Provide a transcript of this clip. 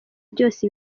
byose